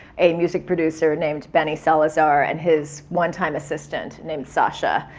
a music producer named bennie salazar and his one-time assistant named sasha.